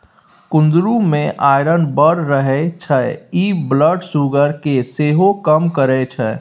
कुंदरु मे आइरन बड़ रहय छै इ ब्लड सुगर केँ सेहो कम करय छै